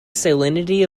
salinity